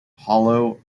hollow